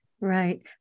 right